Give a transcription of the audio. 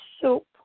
soup